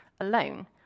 alone